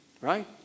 Right